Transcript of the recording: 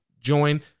join